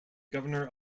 governor